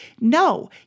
No